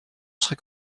serait